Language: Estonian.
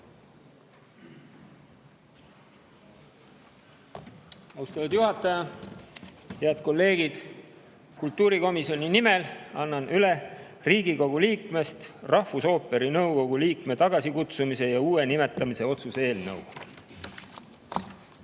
Austatud juhataja! Head kolleegid! Annan kultuurikomisjoni nimel üle Riigikogu liikmest rahvusooperi nõukogu liikme tagasikutsumise ja uue nimetamise otsuse eelnõu.